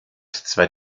zwei